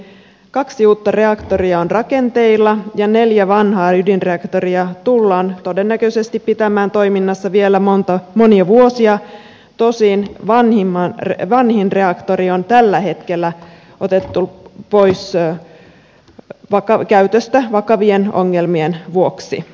kaksi uutta reaktoria on rakenteilla ja neljä vanhaa ydinreaktoria tullaan todennäköisesti pitämään toiminnassa vielä monia vuosia tosin vanhin reaktori on tällä hetkellä otettu pois käytöstä vakavien ongelmien vuoksi